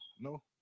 No